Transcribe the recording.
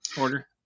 order